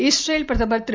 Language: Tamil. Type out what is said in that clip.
இஸ்ரேல் பிரதமர் திரு